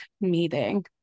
meeting